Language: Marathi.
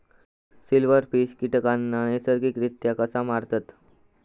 सिल्व्हरफिश कीटकांना नैसर्गिकरित्या कसा मारतत?